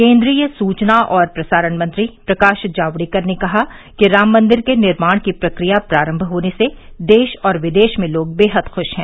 केन्द्रीय सूचना और प्रसारण मंत्री प्रकाश जावड़ेकर ने कहा कि राम मंदिर के निर्माण की प्रक्रिया प्रारंभ होने से देश और विदेश में लोग बेहद खुश है